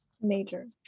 Major